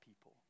people